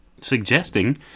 suggesting